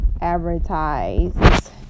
advertise